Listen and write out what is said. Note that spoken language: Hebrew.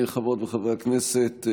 חברות וחברי הכנסת,